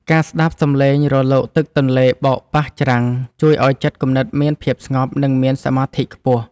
ការស្ដាប់សំឡេងរលកទឹកទន្លេបោកប៉ះច្រាំង ជួយឱ្យចិត្តគំនិតមានភាពស្ងប់ និងមានសមាធិខ្ពស់។